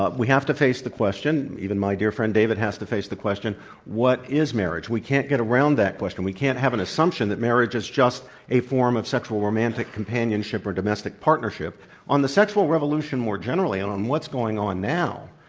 ah we have to face the question even my dear friend david has to face the question what is marriage? we can't get around that question. we can't have an assumption that marriage is just a form of sexual romantic companionship or domestic partnership on the sexual revolution more generally, on on what's going on now,